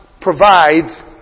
provides